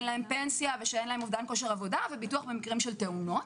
להם פנסיה ואין להם אובדן כושר עבודה וביטוח במקרים של תאונות.